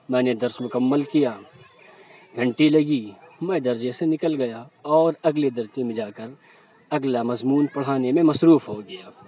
میں نے درس مکمل کیا گھنٹی لگی میں درجے سے نکل گیا اور اگلے درجے میں جا کر اگلا مضمون پڑھانے میں مصروف ہو گیا